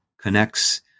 connects